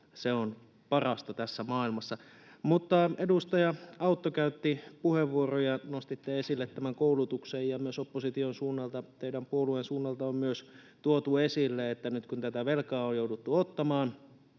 se on parasta tässä maailmassa. Edustaja Autto, käytitte puheenvuoron, jossa nostitte esille koulutuksen, ja opposition suunnalta, teidän puolueenne suunnalta, on myös tuotu esille, että nyt kun tätä velkaa on jouduttu ottamaan,